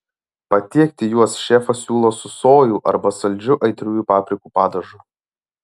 patiekti juos šefas siūlo su sojų arba saldžiu aitriųjų paprikų padažu